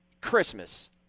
Christmas